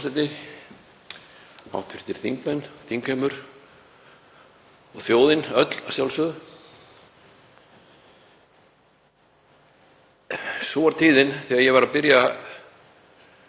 Hv. þingmenn, þingheimur og þjóðin öll að sjálfsögðu. Sú var tíðin þegar ég var að byrja